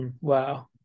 wow